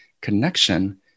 connection